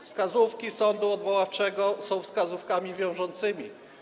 Wskazówki sądu odwoławczego są wskazówkami wiążącymi.